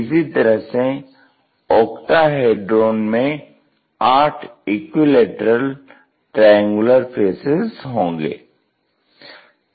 इसी तरह से ऑक्टाहेड्रॉन में आठ इक्विलैटरल ट्रायंगुलर फेसेज होंगें